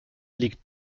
liegt